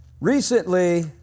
Recently